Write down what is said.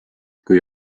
kui